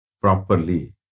properly